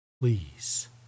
Please